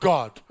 God